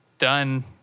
done